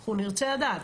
אנחנו נרצה לדעת.